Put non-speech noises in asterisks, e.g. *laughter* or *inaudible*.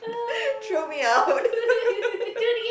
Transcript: throw me out *laughs*